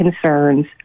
concerns